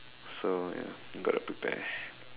so ya you gotta prepare